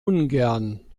ungern